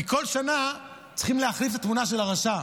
כי כל שנה צריכים להחליף את התמונה של הרשע.